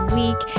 week